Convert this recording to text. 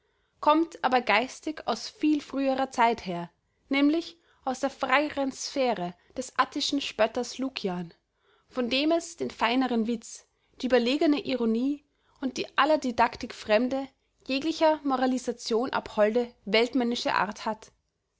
kommt aber geistig aus viel früherer zeit her nämlich aus der freieren sphäre des attischen spötters lukian von dem es den feineren witz die überlegene ironie und die aller didaktik fremde jeglicher moralisation abholde weltmännische art hat